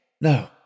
No